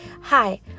Hi